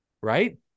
right